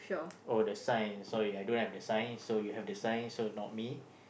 oh the sign sorry I don't have the sign so you have to sign so not me